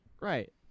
Right